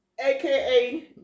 AKA